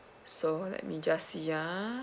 so let me just see ah